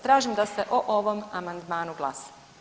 Tražim da se o ovom amandmanu glasa.